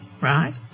right